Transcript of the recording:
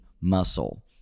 muscle